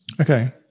Okay